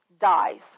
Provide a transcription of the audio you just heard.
dies